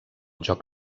joc